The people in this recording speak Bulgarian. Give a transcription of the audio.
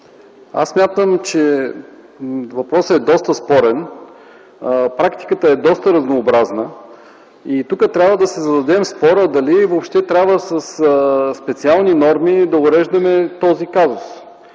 Смятам, че въпросът е доста спорен. Практиката е доста разнообразна. Тук трябва да си зададем въпроса дали трябва със специални норми да уреждаме този казус